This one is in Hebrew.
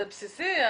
זה בסיסי,